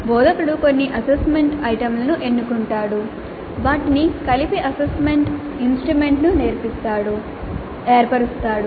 బోధకుడు కొన్ని అసెస్మెంట్ ఐటెమ్లను ఎన్నుకుంటాడు వాటిని కలిపి అసెస్మెంట్ ఇన్స్ట్రుమెంట్ను ఏర్పరుస్తాడు